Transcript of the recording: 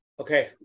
Okay